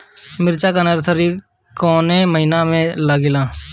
मिरचा का नर्सरी कौने महीना में लागिला?